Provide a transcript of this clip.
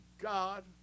God